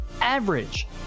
average